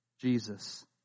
Jesus